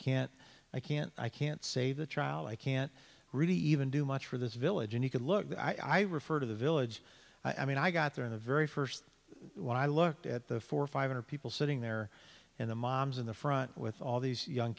can't i can't i can't save the child i can't really even do much for this village and you could look i refer to the village i mean i got there in the very first one i looked at the four or five hundred people sitting there and the moms in the front with all these young